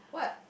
what